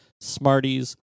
Smarties